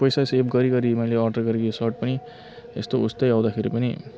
पैसा सेभ गरी गरी मैले अर्डर गरेँ यो सर्ट पनि यस्तो उस्तै आउँदाखेरि पनि